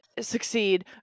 succeed